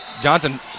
Johnson